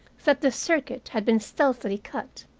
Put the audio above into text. that the circuit had been stealthily cut,